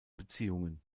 beziehungen